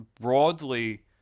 broadly